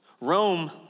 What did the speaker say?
Rome